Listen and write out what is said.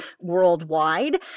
worldwide